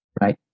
right